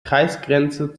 kreisgrenze